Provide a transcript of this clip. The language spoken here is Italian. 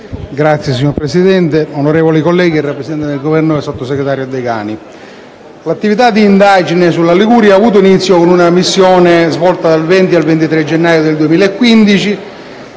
n. 8*. Signor Presidente, onorevoli colleghi, rappresentanti del Governo, sottosegretario Degani, l'attività d'indagine sulla Liguria ha avuto inizio con una missione svolta dal 20 al 23 gennaio 2015.